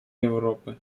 европы